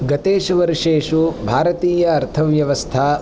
गतेषु वर्षेषु भारतीया अर्थव्यवस्था